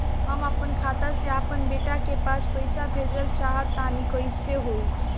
हम आपन खाता से आपन बेटा के पास पईसा भेजल चाह तानि कइसे होई?